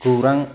गौरां